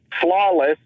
flawless